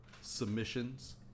submissions